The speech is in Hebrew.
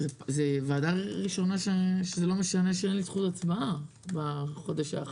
זאת ועדה ראשונה שזה לא משנה שאין לי זכות הצבעה בחודש האחרון.